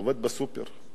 עובד בסופר.